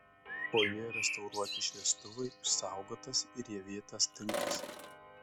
fojė restauruoti šviestuvai išsaugotas rievėtas tinkas